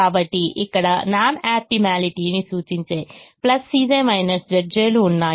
కాబట్టి ఇక్కడ నాన్ ఆప్టిమాలిటీని సూచించే Cj Zj లు ఉన్నాయి